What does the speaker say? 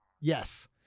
Yes